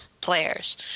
players